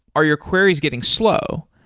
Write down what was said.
are your queries getting slow?